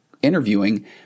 interviewing